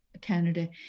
Canada